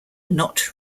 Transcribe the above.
not